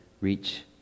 reach